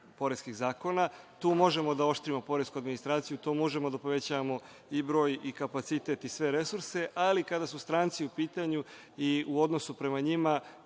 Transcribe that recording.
poreskih zakona. Tu možemo da oštrimo poresku administraciju, tu možemo da povećavamo broj i kapacitet i sve resurse, ali kada su stranci u pitanju i u odnosu prema njima,